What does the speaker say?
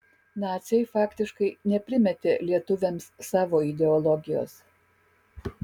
naciai faktiškai neprimetė lietuviams savo ideologijos